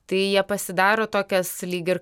tai jie pasidaro tokias lyg ir